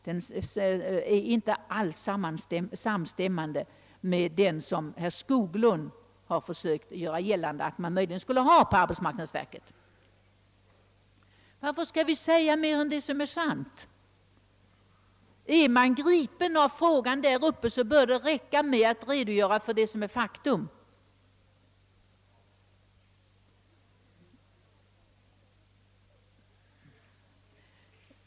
Den stämmer inte alls med den som herr Skoglund har försökt göra gällande såsom arbetsmarknadsverkets. Varför skall vi säga mer än det som är sant? Även om man är intresserad av frågan där uppe, bör det räcka med att redogöra för fakta.